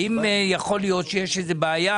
לוודא האם יכול להיות שיש איזו בעיה